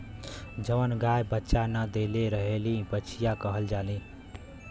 जवन गाय बच्चा न देले रहेली बछिया कहल जाली